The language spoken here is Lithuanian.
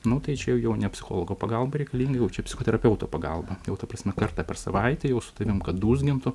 nu tai čia jau jau ne psichologo pagalba reikalinga jau čia psichoterapeuto pagalba jau ta prasme kartą per savaitę jau su tavim kad dūzgintų